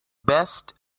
best